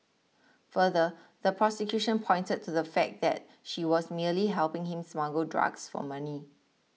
further the prosecution pointed to the fact that she was merely helping him smuggle drugs for money